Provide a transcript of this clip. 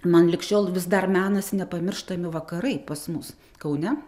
man lig šiol vis dar menas nepamirštami vakarai pas mus kaune